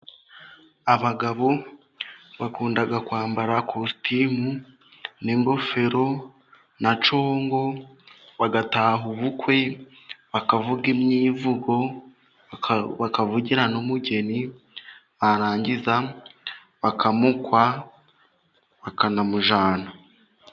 Abagabo bakunda kwambara ikositimu, n'ingofero, na congo, bagataha ubukwe, bakavuga imyivugo, bakavugira n'umugeni, barangiza bakamukwa, bakanamujyana.